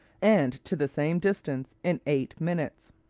and to the same distance, in eight minutes.